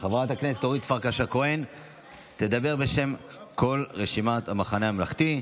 אורית פרקש הכהן תדבר בשם כל רשימת המחנה הממלכתי,